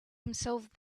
himself